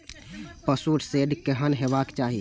पशु शेड केहन हेबाक चाही?